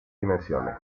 dimensiones